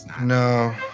no